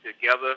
together